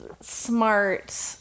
smart